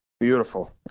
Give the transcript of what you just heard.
beautiful